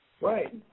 right